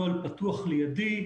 כרגע, הנוהל פתוח לידי.